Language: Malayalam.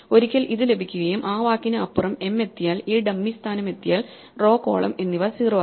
ഒരിക്കൽ ഇത് ലഭിക്കുകയും ആ വാക്കിന് അപ്പുറം m എത്തിയാൽ ഈ ഡമ്മി സ്ഥാനം എത്തിയാൽ റോകോളം എന്നിവ 0 ആകും